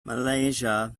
malaysia